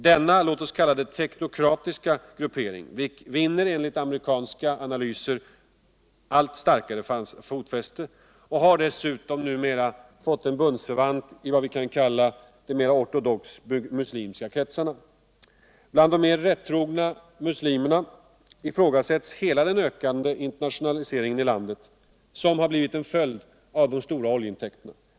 Denna — låt oss kalla det teknokratiska — gruppering vinner enligt amerikanska analvser allt starkare fotfäste och har dessutom numera fått en bundsförvant i vad vi kan kalla de ortodoxmuslimska kretsarna. Bland de mera rättrogna muslimerna ifrågasätts hela den ökande internationaliseringen i landet, som har blivit en fölid av de stora oljeintäkterna.